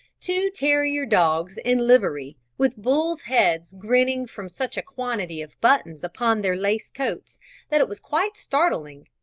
two terrier dogs in livery, with bulls' heads grinning from such a quantity of buttons upon their lace coats that it was quite startling.